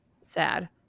sad